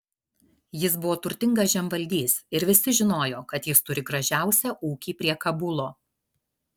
jis buvo turtingas žemvaldys ir visi žinojo kad jis turi gražiausią ūkį prie kabulo